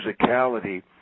musicality